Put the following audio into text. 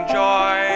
joy